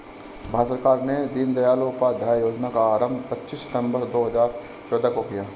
भारत सरकार ने दीनदयाल उपाध्याय योजना का आरम्भ पच्चीस सितम्बर दो हज़ार चौदह को किया